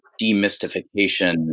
demystification